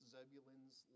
Zebulun's